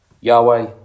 Yahweh